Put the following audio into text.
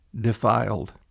defiled